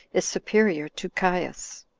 is superior to caius.